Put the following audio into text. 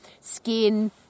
skin